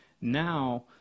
Now